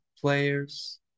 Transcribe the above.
players